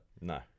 No